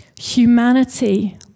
Humanity